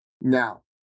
Now